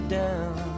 down